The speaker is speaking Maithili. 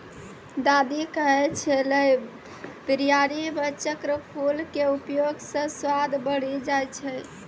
दादी कहै छेलै बिरयानी मॅ चक्रफूल के उपयोग स स्वाद बढ़ी जाय छै